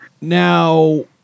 Now